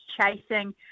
chasing